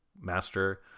master